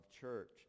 church